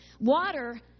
Water